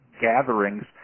gatherings